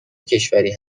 کشوری